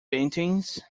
paintings